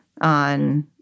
on